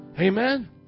Amen